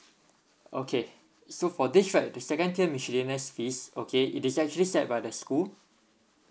okay so for this right the second tier miscellaneous fees okay it is actually set by the school